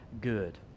good